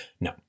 No